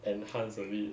enhance a bit